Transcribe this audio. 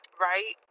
right